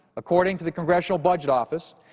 according to the congressional budget office,